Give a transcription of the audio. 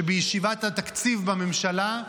שבישיבת התקציב בממשלה,